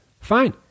fine